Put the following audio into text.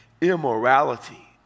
immorality